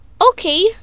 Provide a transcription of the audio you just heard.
okay